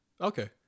Okay